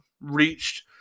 reached